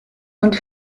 und